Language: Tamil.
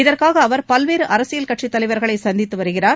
இதற்காக அவர் பல்வேறு அரசியல் கட்சித் தலைவர்களை சந்தித்து வருகிறார்